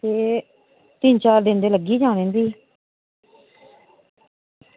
एह् तीन चार दिन लग्गी गै जाने न भी